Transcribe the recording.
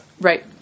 Right